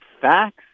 facts